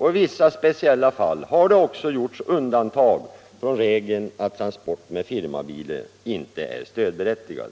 I vissa speciella fall har det också gjorts undantag från regeln att transporter med firmabilar inte är stödberättigade.